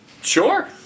Sure